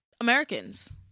americans